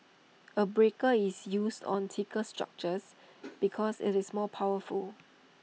A breaker is used on thicker structures because IT is more powerful